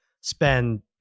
spend